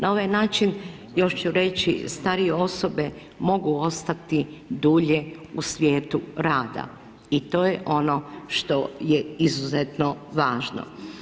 Na ovaj način još ću reći starije osobe mogu ostati dulje u svijetu rada i to je ono što je izuzetno važno.